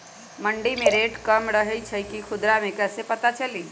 मंडी मे रेट कम रही छई कि खुदरा मे कैसे पता चली?